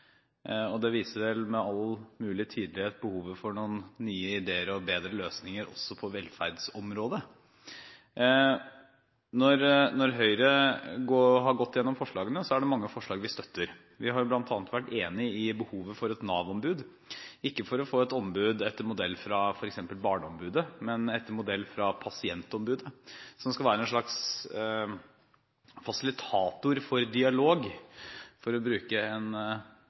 grep. Det viser med all mulig tydelighet behovet for noen nye ideer og bedre løsninger, også på velferdsområdet. Når Høyre har gått igjennom forslagene, er det mange forslag vi støtter. Vi har bl.a. vært enig i behovet for et Nav-ombud – ikke for å få et ombud etter modell fra f.eks. barneombudet, men etter modell fra pasientombudet – som skal være en slags fasilitator for dialog, for å bruke en